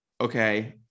okay